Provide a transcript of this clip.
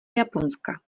japonska